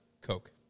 Coke